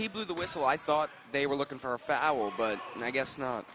he blew the whistle i thought they were looking for a foul but i guess not